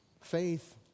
faith